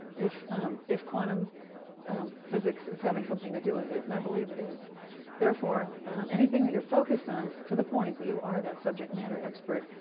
if if quantum physics is having something to do with it and i believe it is therefore anything that you're focused on so to the point that you are that subject matter expert,